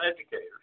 educators